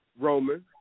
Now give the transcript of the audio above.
Roman